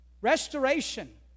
restoration